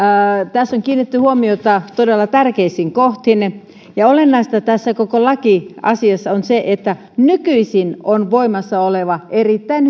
tässä on kiinnitetty huomiota todella tärkeisiin kohtiin olennaista tässä koko lakiasiassa on se että nykyisin on voimassa erittäin